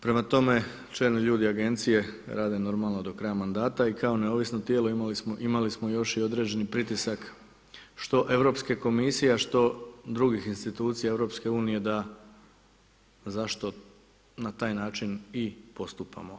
Prema tome, čelni ljudi Agencije rade normalno do kraja mandata i kao neovisno tijelo imali smo još i određeni pritisak što Europske komisije, a što drugih institucija Europske unije da zašto na taj način i postupamo.